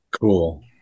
Cool